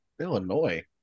Illinois